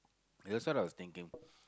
guess what I was thinking